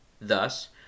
Thus